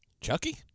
Chucky